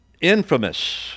Infamous